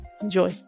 Enjoy